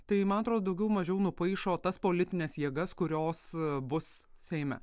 tai man atrodo daugiau mažiau nupaišo tas politines jėgas kurios bus seime